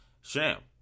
Sham